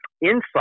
insight